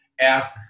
Ask